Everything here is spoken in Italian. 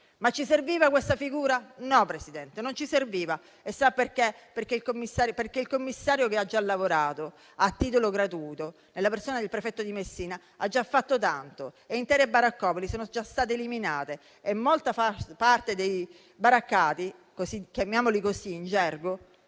Ma ci serviva questa figura? No, Presidente, non ci serviva e sa perché? Il commissario, che ha già lavorato a titolo gratuito, nella persona del prefetto di Messina, ha già fatto tanto e intere baraccopoli sono già state eliminate e molta parte dei baraccati - per riferirci a loro